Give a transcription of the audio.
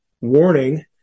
warning